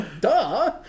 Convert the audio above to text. duh